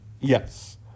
yes